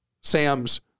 Sam's